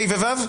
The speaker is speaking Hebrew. ה' ו-ו',